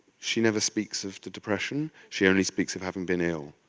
she never speaks of the depression. she only speaks of having been ill,